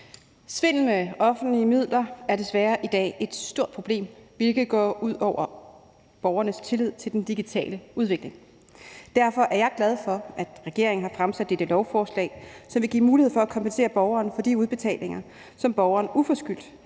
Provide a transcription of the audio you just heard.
Svindel med offentlige midler er i dag desværre et stort problem, hvilket går ud over borgernes tillid til den digitale udvikling. Derfor er jeg glad for, at regeringen har fremsat dette lovforslag, som vil give mulighed for at kompensere borgeren for de udbetalinger, som borgeren uforskyldt